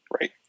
Right